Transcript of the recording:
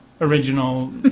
original